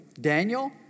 Daniel